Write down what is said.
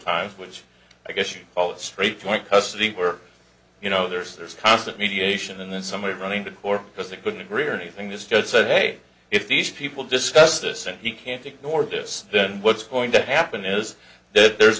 times which i guess you call it straight point custody where you know there's there's constant mediation and then somebody running to court because they couldn't agree or anything this judge said hey if these people discuss this and he can't ignore this then what's going to happen is th